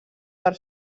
per